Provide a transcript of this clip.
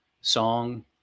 song